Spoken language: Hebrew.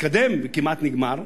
התקדם וכמעט נגמר.